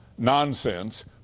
nonsense